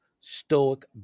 stoic